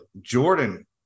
Jordan